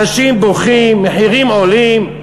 // אנשים בוכים, מחירים עולים.